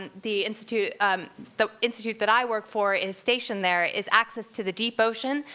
and the institute the institute that i work for, is stationed there, is access to the deep ocean,